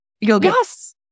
Yes